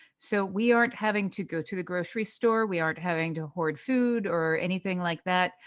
so we aren't having to go to the grocery store, we aren't having to hoard food or anything like that.